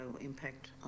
impact